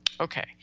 Okay